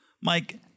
Mike